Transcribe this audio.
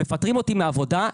אם מפטרים אותי מהעבודה,